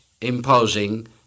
imposing